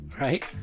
right